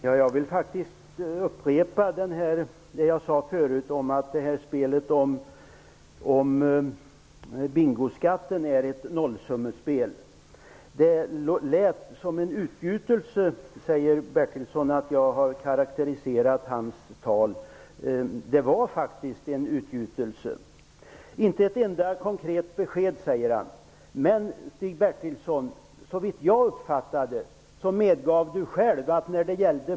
Herr talman! Jag vill upprepa det jag sade förut om att spelet om bingoskatten är ett nollsummespel. Stig Bertilsson säger att jag karakteriserade hans tal som en utgjutelse. Det var faktiskt en utgjutelse. Stig Bertilsson säger att jag inte har givit ett enda konkret besked.